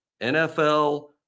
NFL